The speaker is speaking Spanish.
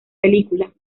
película